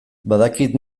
badakit